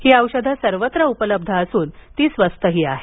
ही औषधे सर्वत्र उपलब्ध असून ती स्वस्तही आहेत